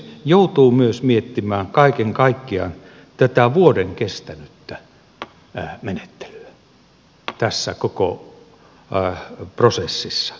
joutuu myös miettimään kaiken kaikkiaan tätä vuoden kestänyttä menettelyä tässä koko prosessissa